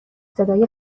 صدای